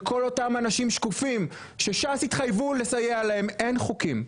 לכל אותם אנשים שקופים ש-ש"ס התחייבה לסייע אין חוקים.